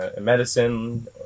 medicine